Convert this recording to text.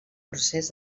procés